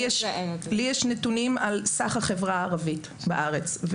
יש לי נתונים על סך החברה הערבית בארץ.